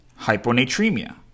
hyponatremia